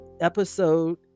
episode